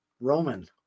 roman